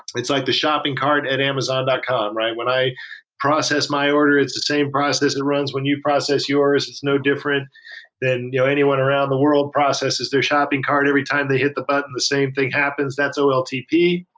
it's like the shopping cart at amazon dot com, right? when i process my order, it's the same process that runs when you process yours. it's no different than anyone around the world processes their shopping cart every time they hit the button. the same thing happens. that's oltp.